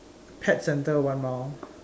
pet centre one mile